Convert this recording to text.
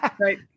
Right